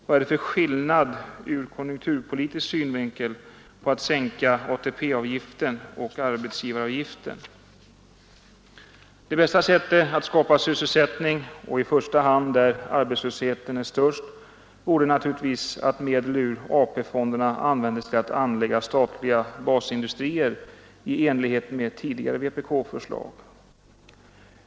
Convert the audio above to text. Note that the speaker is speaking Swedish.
Vad är det för skillnad ur konjunkturpolitisk synvinkel mellan att sänka ATP-avgiften och att sänka arbetsgivaravgiften? Det bästa sättet att skapa sysselsättning — i första hand där arbetslösheten är störst — vore naturligtvis att medel ur AP-fonderna används till att anlägga statliga basindustrier i enlighet med tidigare vpk-förslag.